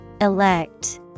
elect